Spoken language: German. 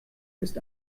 ist